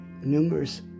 numerous